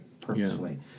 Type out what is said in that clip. purposefully